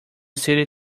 city